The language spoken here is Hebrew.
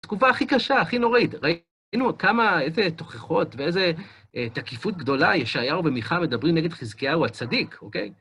תגובה הכי קשה, הכי נוראית, ראינו כמה, איזה תוכחות ואיזה תקיפות גדולה, ישעיהו ומיכה מדברים נגד חזקיהו הצדיק, אוקיי?